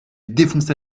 défoncer